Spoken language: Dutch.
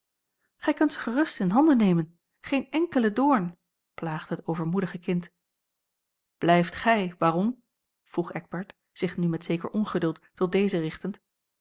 ze gerust in handen nemen geen enkele doorn plaagde het overmoedige kind blijft gij baron vroeg eckbert zich nu met zeker ongeduld tot dezen richtend